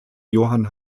johann